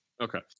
Okay